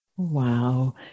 Wow